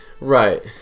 Right